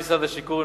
עם משרד השיכון,